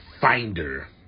finder